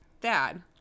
Dad